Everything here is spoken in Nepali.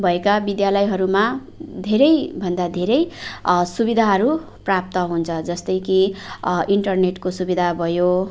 भएका विद्यालयहरूमा धेरैभन्दा धेरै सुविधाहरू प्राप्त हुन्छ जस्तै कि इन्टरनेटको सुविधा भयो